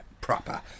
Proper